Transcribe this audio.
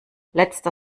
letzter